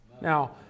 Now